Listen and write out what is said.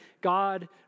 God